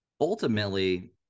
ultimately